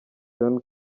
john